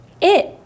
It